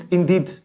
indeed